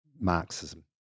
Marxism